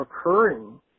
occurring